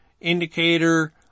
indicator